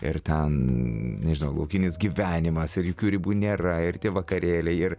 ir ten nežinau laukinis gyvenimas ir jokių ribų nėra ir tie vakarėliai ir